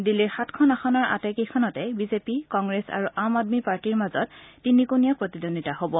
দিল্লীৰ সাতখন আসনৰ আটাইকেইখনতে বিজেপি কংগ্ৰেছ আৰু আম আদমী পাৰ্টীৰ মাজত তিনিকোণীয়া প্ৰতিদ্বন্দ্বিতা হ'ব